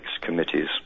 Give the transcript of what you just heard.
Committees